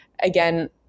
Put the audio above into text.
again